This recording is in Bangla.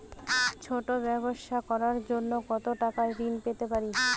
ছোট ব্যাবসা করার জন্য কতো টাকা ঋন পেতে পারি?